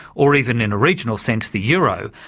or even in a regional sense, the euro,